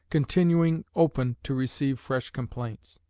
continuing open to receive fresh complaints.